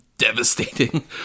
devastating